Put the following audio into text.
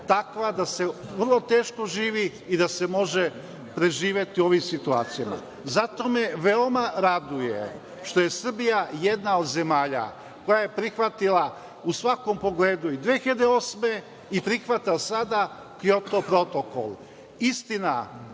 takva da se vrlo teško živi i da se može preživeti u ovim situacijama. Zato me veoma raduje što je Srbija jedna od zemalja koja je prihvatila u svakom pogledu i 2008. godine i prihvata sada Kjoto protokol. Istina,